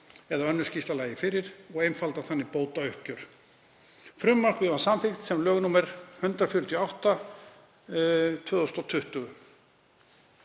eða önnur skýrsla lægi fyrir og einfalda þannig bótauppgjör. Frumvarpið var samþykkt sem lög nr. 148/2020.